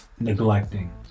Neglecting